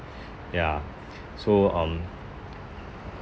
yeah so um